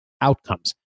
outcomes